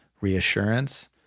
reassurance